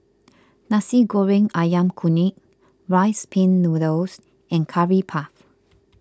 Nasi Goreng Ayam Kunyit Rice Pin Noodles and Curry Puff